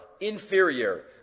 inferior